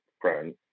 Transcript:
friend